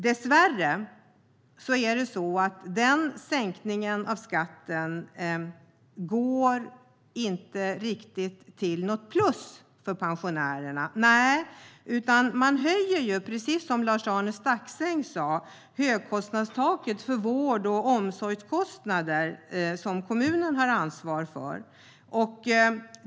Dessvärre blir den sänkningen av skatten inte något riktigt plus för pensionärerna. Man höjer, precis som Lars-Arne Staxäng sa, högkostnadstaket för vård och omsorgskostnaderna som kommunen har ansvar för.